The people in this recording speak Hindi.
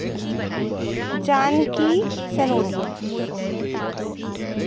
जानकी सनोडिया